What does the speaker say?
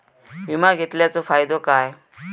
विमा घेतल्याचो फाईदो काय?